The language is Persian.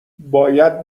باید